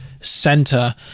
center